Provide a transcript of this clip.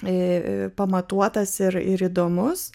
ir pamatuotas ir ir įdomus